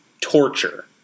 torture